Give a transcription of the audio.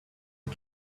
you